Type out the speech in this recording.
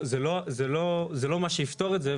זה לא מה שיפתור את זה.